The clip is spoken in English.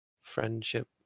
friendship